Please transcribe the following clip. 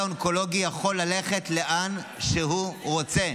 אונקולוגי יכול ללכת לאן שהוא רוצה.